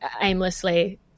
aimlessly